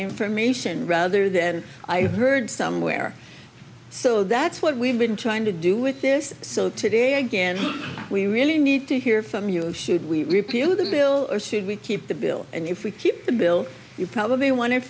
information rather than i heard somewhere so that's what we've been trying to do with this so today again we really need to hear from you should we repeal this bill or should we keep the bill and if we keep the bill you probably want